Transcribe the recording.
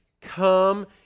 come